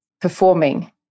performing